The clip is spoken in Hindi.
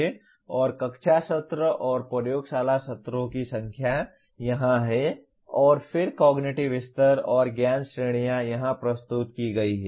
और कक्षा सत्र और प्रयोगशाला सत्रों की संख्या यहां है और फिर कॉग्निटिव स्तर और ज्ञान श्रेणियां यहां प्रस्तुत की गई हैं